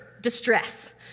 distress